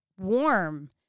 warm